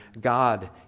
God